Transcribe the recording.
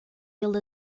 ele